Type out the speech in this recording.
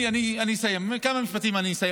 אני אסיים, כמה משפטים ואני אסיים.